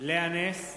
לאה נס,